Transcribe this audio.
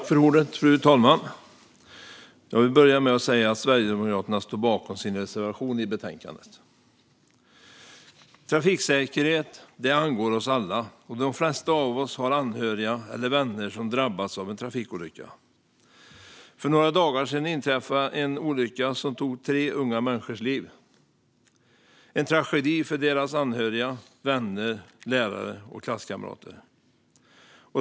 Fru talman! Jag vill börja med att säga att Sverigedemokraterna står bakom sin reservation i betänkandet. Trafiksäkerhet angår oss alla, och de flesta av oss har anhöriga eller vänner som drabbats av en trafikolycka. För några dagar sedan inträffade en olycka som tog tre unga människors liv. Det var en tragedi för deras anhöriga, vänner, lärare och klasskamrater.